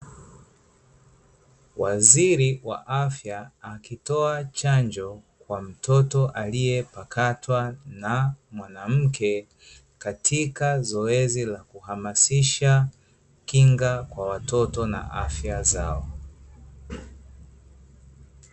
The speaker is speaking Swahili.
Waziri wa afya akitoa chanjo kwa mtoto aliyepakatwa na mwanamke, katika zoezi la kuhamasisha kinga kwa watoto na afya zao.